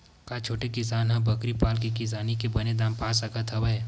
का छोटे किसान ह बकरी पाल के किसानी के बने दाम पा सकत हवय?